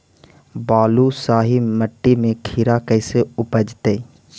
बालुसाहि मट्टी में खिरा कैसे उपजतै?